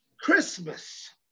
Christmas